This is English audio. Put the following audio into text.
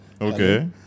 Okay